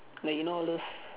like you know all those